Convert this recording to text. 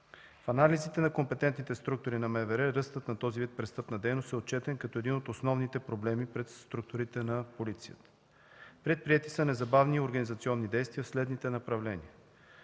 В анализите на компетентните структури на МВР ръстът на този вид престъпна дейност е отчетен като един от основните проблеми пред структурите на полицията. Предприети са незабавни и организационни действия в следните направления.